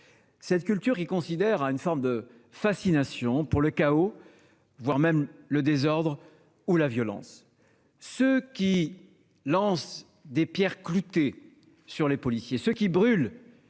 de l'excuse, qui confine à une fascination pour le chaos, le désordre ou la violence. Ceux qui lancent des pierres cloutées sur les policiers, ceux qui brûlent